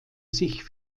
sich